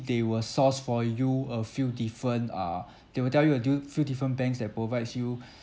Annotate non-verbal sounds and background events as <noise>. they will source for you a few different uh they will tell you a du~ few different banks that provides you <breath>